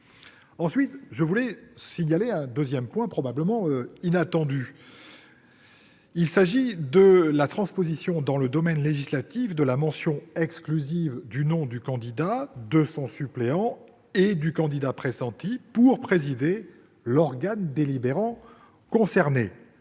charge. Je veux signaler un autre point, probablement inattendu, à propos de la transposition dans le domaine législatif de la mention exclusive du nom du candidat, de son suppléant et du candidat pressenti pour présider l'organe délibérant concerné.